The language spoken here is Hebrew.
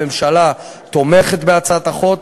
הממשלה תומכת בהצעת החוק,